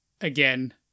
again